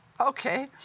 okay